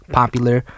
popular